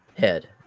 head